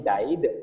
Died